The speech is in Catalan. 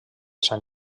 sant